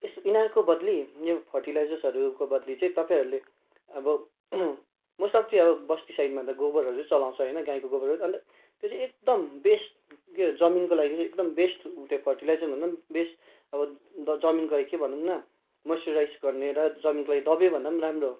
यस यिनाीहरूको बद्ली यो फर्टिलाइजर्सहरूको बद्ली चाहिँ तपाईँहरूले अब मस्ट अब् चाहिँ अब बस्ती साइडमा त गोबरहरू चलाउँछ होइन गाईको गोबरहरू अन्त त्यो चाहिँ एकदम बेस्ट के हो जमिनको लागि चाहिँ एकदम बेस्ट त्यो फर्टिलाइजर भन्दा नि बेस्ट अब जमिनको लागि के भनौँ न मोइस्चराइज गर्ने र जमिनको लागि दबाई भन्दा नि राम्रो